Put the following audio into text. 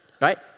right